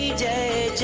day